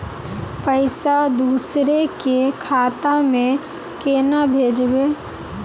पैसा दूसरे के खाता में केना भेजबे?